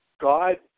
God